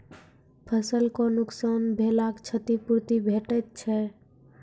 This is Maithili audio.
फसलक नुकसान भेलाक क्षतिपूर्ति भेटैत छै?